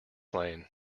lane